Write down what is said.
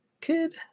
kid